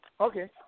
Okay